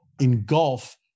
engulf